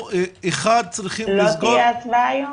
לא תהיה הצבעה היום?